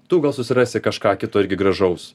tu gal susirasi kažką kito irgi gražaus